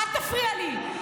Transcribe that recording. אל תפריע לי.